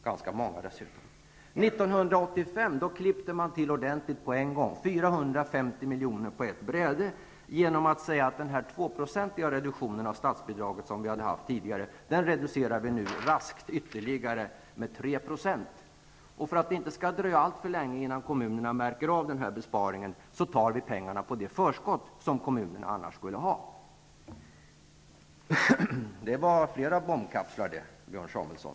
r 1985 klippte man till ordentligt med en gång och inbesparade 450 miljoner på ett bräde genom att den tidigare tvåprocentiga reduktionen av statsbidraget raskt ökades till 3 %. För att det inte skulle dröja alltför länge innan kommunerna kände av denna besparing, tog man pengarna ifrån det förskott som kommunerna annars skulle ha fått. Det var flera bombkapslar det, Björn Samuelson.